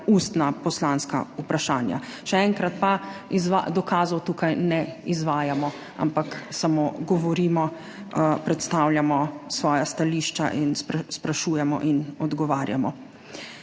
ustna poslanska vprašanja. Še enkrat pa, dokazov tukaj ne izvajamo, ampak samo govorimo, predstavljamo svoja stališča in sprašujemo in odgovarjamo.